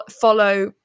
follow